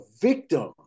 victim